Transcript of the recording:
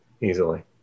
Easily